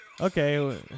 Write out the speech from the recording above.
Okay